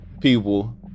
people